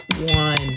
one